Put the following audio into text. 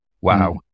Wow